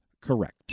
correct